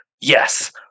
yes